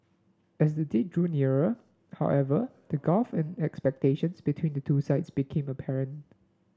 as the date drew nearer however the gulf in expectations between the two sides became apparent